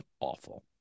awful